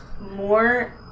more